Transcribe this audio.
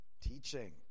teaching